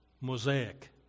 mosaic